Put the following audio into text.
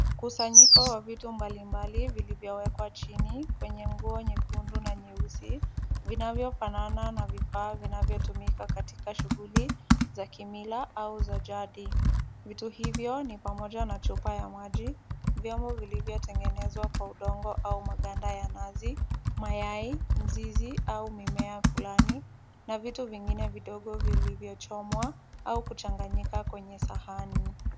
Mkusanyiko wa vitu mbalimbali vilivyo wekwa chini, kwenye nguo nyekundu na nyeusi vinavyofanana na vifaa vinavyo tumika katika shughuli za kimila au za jadi. Vitu hivyo ni pamoja na chupa ya maji, vyombo vilivyo tengenezwa kwa udongo au maganda ya nazi , mayai , mizizi au mimea fulani na vitu vingine vidogo vilivyo chomwa au kuchanganyika kwenye sahani.